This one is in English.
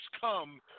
come